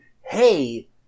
Hey